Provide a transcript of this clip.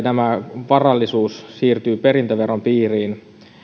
tämä varallisuus siirtyy perintöveron piiriin